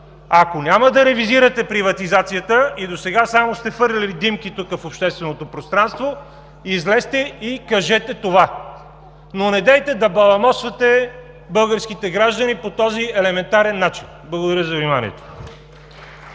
Ако няма да ревизирате приватизацията и досега само сте хвърляли димки тук в общественото пространство, излезте и кажете това, но недейте да баламосвате българските граждани по този елементарен начин. Благодаря за вниманието.